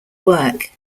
work